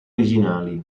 originali